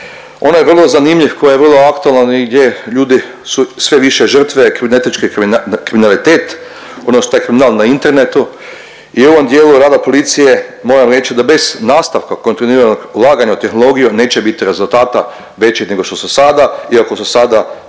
Ono je vrlo zanimljiv koji je vrlo aktualan i gdje ljudi su sve više žrtve, kibernetičke kriminalitet, odnosno taj kriminal na internetu i ovom dijelu rata policije moram reći da bez nastavka kontinuiranog ulaganja u tehnologiju neće biti rezultata većih nego što su sada iako su sada,